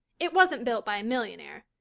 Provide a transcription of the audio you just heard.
it wasn't built by a millionaire.